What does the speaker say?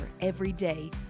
everyday